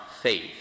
faith